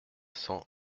cents